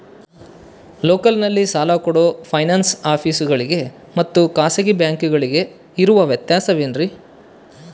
ಲೋಕಲ್ನಲ್ಲಿ ಸಾಲ ಕೊಡೋ ಫೈನಾನ್ಸ್ ಆಫೇಸುಗಳಿಗೆ ಮತ್ತಾ ಖಾಸಗಿ ಬ್ಯಾಂಕುಗಳಿಗೆ ಇರೋ ವ್ಯತ್ಯಾಸವೇನ್ರಿ?